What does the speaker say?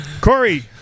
Corey